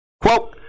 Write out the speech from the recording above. Quote